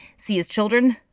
see his children?